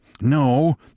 no